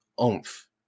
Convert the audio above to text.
oomph